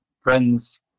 friends